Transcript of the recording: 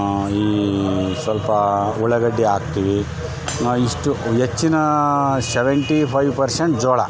ಈ ಸ್ವಲ್ಪ ಉಳ್ಳಾಗಡ್ಡಿ ಹಾಕ್ತಿವಿ ಇಷ್ಟು ಹೆಚ್ಚಿನಾ ಸೆವೆಂಟಿ ಫೈವ್ ಪರ್ಸೆಂಟ್ ಜೋಳ